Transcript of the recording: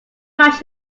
much